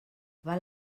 val